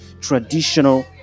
traditional